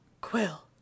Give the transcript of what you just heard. Quill